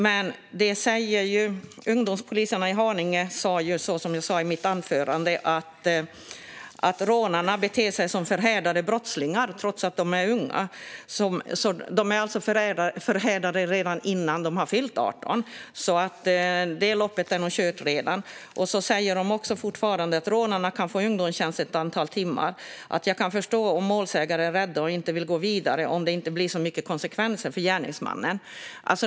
Men som jag sa i mitt anförande säger ungdomspoliserna i Haninge att rånarna beter sig som förhärdade brottslingar trots att de är unga. De är alltså förhärdade redan innan de har fyllt 18, så loppet är nog kört. Poliserna säger också att rånarna kan få ungdomstjänst i ett antal timmar och att de kan förstå att målsägare är rädda och inte vill gå vidare när det inte blir några större konsekvenser för gärningsmännen.